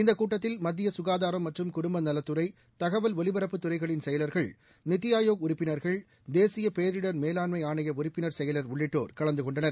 இந்த கூட்டத்தில் மத்திய சுகாதாரம் மற்றும் குடும்ப நலத்துறை தகவல் ஒலிபரப்பு துறைகளின் செயலா்கள் நித்தி ஆயோக் உறுப்பினா்கள் தேசிய பேரிடர் மேலாண்மை ஆணைய உறுப்பினா் செயலா் உள்ளிட்டோர் கலந்து கொண்டனர்